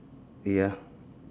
ya